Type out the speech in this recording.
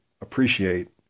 appreciate